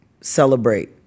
celebrate